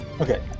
Okay